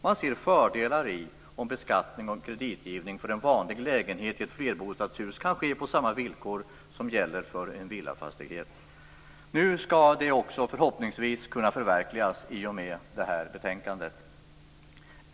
Man ser fördelar i om beskattning och kreditgivning för en vanlig lägenhet i ett flerbostadshus kan ske på samma villkor som gäller för en villafastighet. Nu skall detta också förhoppningsvis kunna förverkligas i och med detta betänkande.